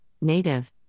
native